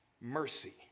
mercy